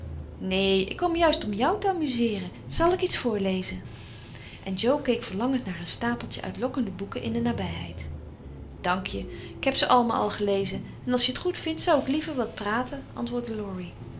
neen ik kwam juist om jou te amuseeren zal ik iets voorlezen en jo keek verlangend naar een stapeltje uitlokkende boeken in de nabijheid dank je ik heb ze allemaal al gelezen en als je t goedvindt zou ik liever wat praten antwoordde